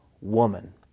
Woman